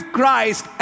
Christ